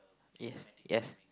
yes yes